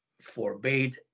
forbade